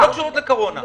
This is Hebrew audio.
שלא קשורות לקורונה.